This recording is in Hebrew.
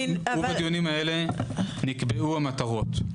ובדיונים האלה נקבעו המטרות.